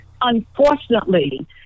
unfortunately